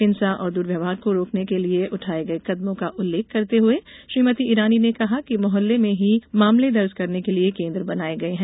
हिंसा और दुर्व्यवहार रोकने के लिए उठाए गए कदमों का उल्लेख करते हुए श्रीमती ईरानी ने कहा कि मुहल्लों में ही मामले दर्ज करने के लिए केन्द्र बनाए गए हैं